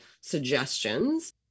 suggestions